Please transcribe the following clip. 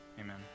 Amen